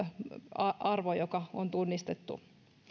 arvo joka on tunnistettu